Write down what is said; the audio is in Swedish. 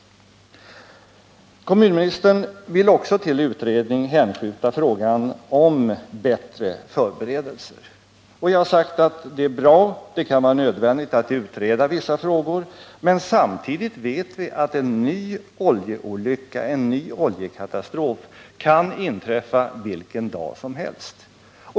Kommunministern vill också till utredning hänskjuta frågan om bättre förberedelser. Jag har sagt att det är bra. Det kan vara nödvändigt att utreda vissa frågor. Men samtidigt vet vi att en ny oljekatastrof kan inträffa vilken dag som helst.